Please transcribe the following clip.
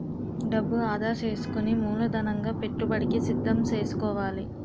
డబ్బు ఆదా సేసుకుని మూలధనంగా పెట్టుబడికి సిద్దం సేసుకోవాలి